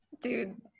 Dude